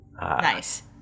Nice